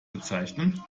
bezeichnen